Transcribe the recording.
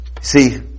See